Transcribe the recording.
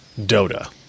Dota